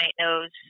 knows